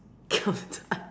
giam cai